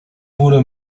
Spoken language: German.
wurde